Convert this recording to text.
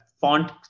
font